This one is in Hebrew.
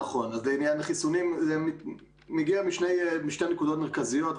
לעניין החיסונים, זה מגיע משתי נקודות מרכזיות.